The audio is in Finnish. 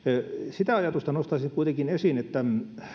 sitä ajatusta nostaisin kuitenkin esiin että